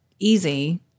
easy